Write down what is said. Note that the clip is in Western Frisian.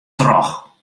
troch